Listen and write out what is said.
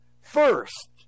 first